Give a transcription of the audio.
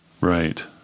Right